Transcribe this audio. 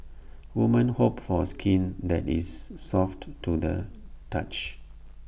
woman hope for skin that is soft to the touch